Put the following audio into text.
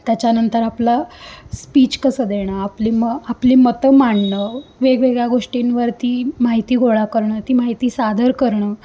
त्याच्यानंतर आपलं स्पीच कसं देणं आपली म आपली मतं मांडणं वेगवेगळ्या गोष्टींवरती माहिती गोळा करणं ती माहिती सादर करणं